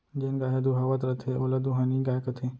जेन गाय ह दुहावत रथे ओला दुहानी गाय कथें